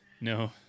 No